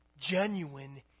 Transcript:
genuine